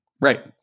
Right